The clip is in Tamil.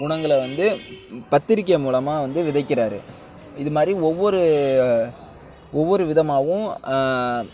குணங்களை வந்து பத்திரிகை மூலமாக வந்து விதைக்கிறார் இது மாதிரி ஒவ்வொரு ஒவ்வொரு விதமாகவும்